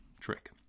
trick